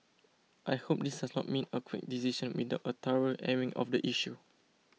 I hope this does not mean a quick decision without a thorough airing of the issue